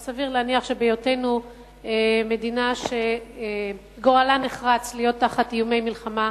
אבל סביר להניח שבהיותנו מדינה שגורלה נחרץ להיות תחת איומי מלחמה